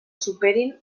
superin